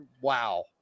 wow